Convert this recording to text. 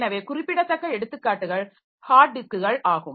எனவே குறிப்பிடத்தக்க எடுத்துக்காட்டுகள் ஹார்ட் டிஸ்க்குகள் ஆகும்